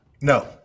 No